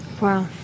Wow